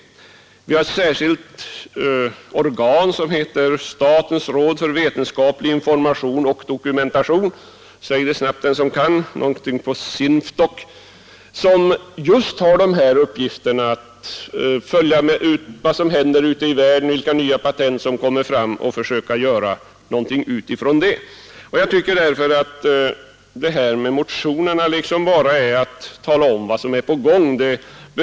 Vi har ett särskilt organ, som heter statens råd för vetenskaplig information och dokumentation — säg det snabbt den som kan — SINFDOK, som just har uppgiften att följa vad som händer ute i världen och vilka patent som kommer fram och sedan försöka göra någonting av det. Jag tycker därför att motionen liksom bara talar om vad som är på gång.